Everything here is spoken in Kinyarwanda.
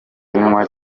ndirimbo